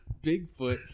Bigfoot